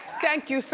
thank you, sir,